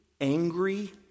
angry